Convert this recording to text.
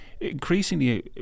increasingly